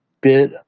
bit